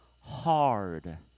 hard